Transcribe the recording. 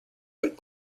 but